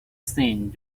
thing